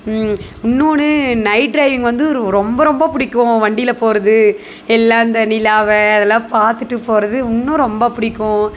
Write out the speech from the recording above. இன்னொன்று night drive வந்து ரொம்ப ரொம்ப பிடிக்கும் வண்டியில் போகிறது எல்லாம் அந்த நிலாவை அதெல்லாம் பார்த்துட்டு போகிறது இன்னும் ரொம்ப பிடிக்கும்